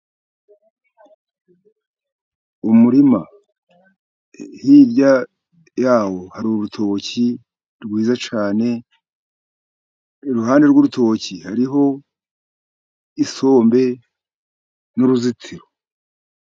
Umurima hirya yawo hari urutoki rwiza cyane, iruhande rw'urutoki hariho isombe n'uruzitiro.